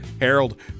Harold